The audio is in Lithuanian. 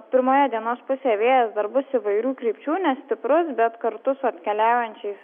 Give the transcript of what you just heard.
pirmoje dienos pusėje vėjas dar bus įvairių krypčių nestiprus bet kartu su atkeliaujančiais